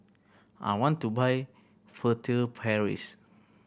I want to buy Furtere Paris